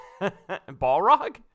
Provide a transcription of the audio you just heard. Balrog